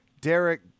Derek